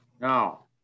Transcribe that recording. Now